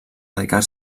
dedicar